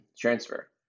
transfer